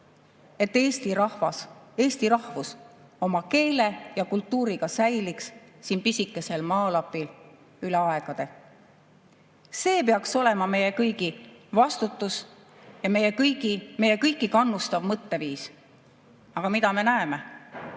et Eesti rahvas, eesti rahvus oma keele ja kultuuriga säiliks siin pisikesel maalapil üle aegade. See peaks olema meie kõigi vastutus ja meid kõiki kannustav mõtteviis. Aga mida me näeme?